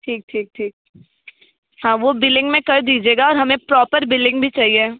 ठीक ठीक ठीक हाँ वो बिलिंग में कर दीजिएगा हमें प्रॉपर बिलिंग भी चाहिए